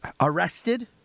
arrested